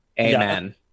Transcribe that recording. Amen